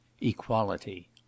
Equality